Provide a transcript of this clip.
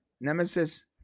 Nemesis